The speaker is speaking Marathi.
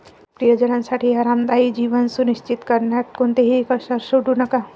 प्रियजनांसाठी आरामदायी जीवन सुनिश्चित करण्यात कोणतीही कसर सोडू नका